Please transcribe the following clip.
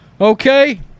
Okay